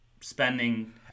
spending